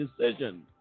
decision